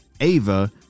Ava